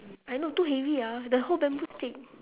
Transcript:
I know too heavy ah the whole bamboo stick